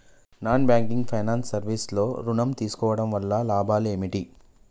Non banking finance service లో ఋణం తీసుకోవడం వల్ల లాభాలు ఏమిటి?